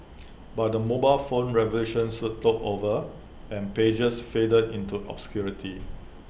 but the mobile phone revolution soon took over and pagers faded into obscurity